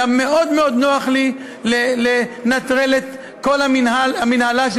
היה מאוד נוח לי לנטרל את כל המינהלה של